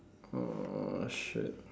oh shit